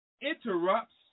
interrupts